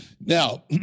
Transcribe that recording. Now